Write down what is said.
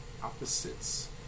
Opposites